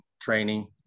training